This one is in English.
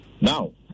Now